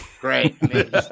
Great